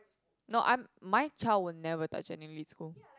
no I'm my child will never touch an elite school